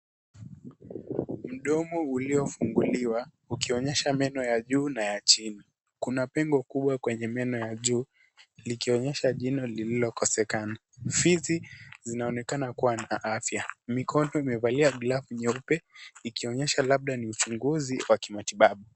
Mdomo uliofunguliwa, ukionyesha meno ya juu na ya chini. Kuna pengo kubwa kwenye meno ya juu, likionyesha jino lililokosekana. Fizi zinaonekana kuwa na afya. Mikono imevalia glavu nyeupe, ikionyesha labda ni uchunguzi wa kimatibabu.